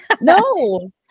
No